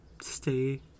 stay